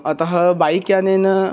अतः बैक् यानेन